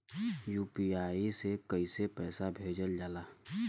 UPI से कइसे पैसा भेजल जाला?